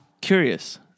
Curious